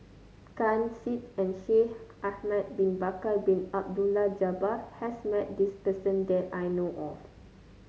Ken Seet and Shaikh Ahmad Bin Bakar Bin Abdullah Jabbar has met this person that I know of